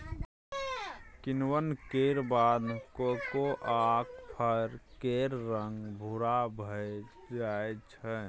किण्वन केर बाद कोकोआक फर केर रंग भूरा भए जाइ छै